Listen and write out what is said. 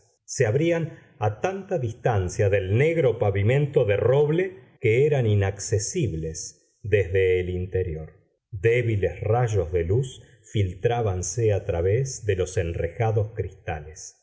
se abrían a tanta distancia del negro pavimento de roble que eran inaccesibles desde el interior débiles rayos de luz filtrábanse a través de los enrejados cristales